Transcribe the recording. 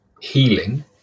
healing